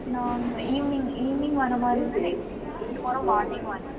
நாங்கள் evening evening வர மாதிரி இருந்தால் நெக்ஸ்ட் நான் டுமாரோவ் மார்னிங் வரேங்க